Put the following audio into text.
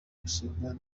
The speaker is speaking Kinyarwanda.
gusumba